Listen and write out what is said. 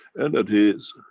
and that is.